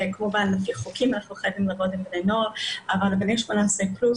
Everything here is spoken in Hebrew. בני 18 פלוס,